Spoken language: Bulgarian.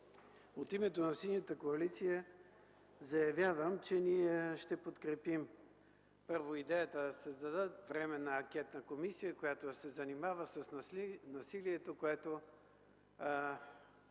от името на Синята коалиция заявявам, че ние ще подкрепим, първо, идеята да се създаде временна анкетна комисия, която да се занимава с насилието, което